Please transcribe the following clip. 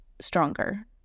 stronger